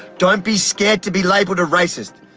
don't be scared to be labelled a racist.